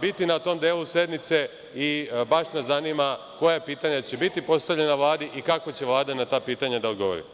biti na tom delu sednice i baš nas zanima koja pitanja će biti postavljena Vladi i kako će Vlada na ta pitanja da odgovori.